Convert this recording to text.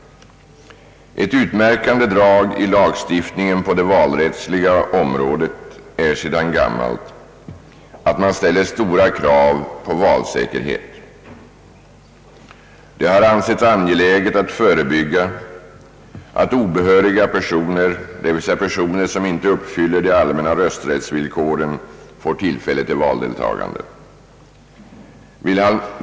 Ett utmärkande drag i lagstiftningen på det valrättsliga området är sedan gammalt att man ställer stora krav på valsäkerhet. Det har ansetts angeläget att förebygga att obehöriga personer, d. v. s. personer som inte uppfyller de allmänna rösträttsvillkoren, får tillfälle till valdeltagande.